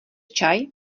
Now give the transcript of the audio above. čaj